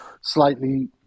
slightly